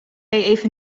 even